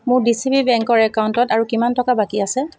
মোৰ বিচিবি বেংকৰ একাউণ্টত আৰু কিমান টকা বাকী আছে